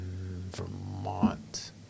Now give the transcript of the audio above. Vermont